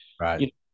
Right